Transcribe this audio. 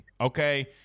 okay